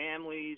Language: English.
families